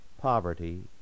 poverty